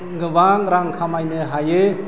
गोबां रां खामायनो हायो